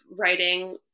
writing